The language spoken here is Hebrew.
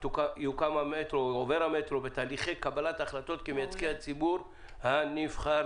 יוקם ויעבור המטרו בתהליכי קבלת החלטות כמייצגי הציבור הנבחרים.